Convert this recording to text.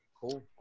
cool